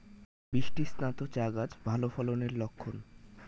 বৃষ্টিস্নাত চা গাছ ভালো ফলনের লক্ষন